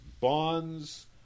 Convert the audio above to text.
Bonds